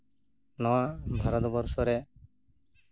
ᱱᱚᱣᱟ ᱵᱷᱟᱨᱚᱛᱵᱚᱨᱥᱚ ᱨᱮ